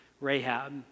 Rahab